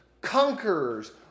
conquerors